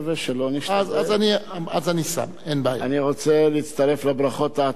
אני רוצה להצטרף לברכות העתידיות של יושב-ראש ועדת הפנים לכל הצוות,